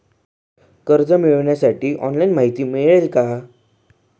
कर्ज मिळविण्यासाठी ऑनलाइन माहिती मिळेल का?